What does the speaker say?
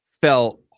fell